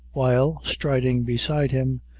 while, striding beside him,